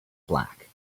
black